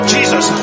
Jesus